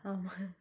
ah